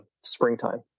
springtime